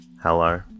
Hello